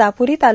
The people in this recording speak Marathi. दापुरी ता